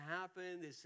happen